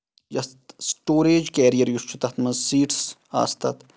یۄس storage carrier یُس چھُ تَتھ منٛز سیٖٹٕس آسہٕ تَتھ